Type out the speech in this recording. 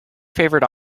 favourite